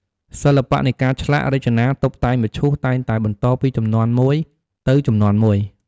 សិល្បៈនៃការឆ្លាក់ រចនា តុបតែងមឈូស តែងតែបន្តពីជំនាន់មួយទៅជំនាន់មួយ។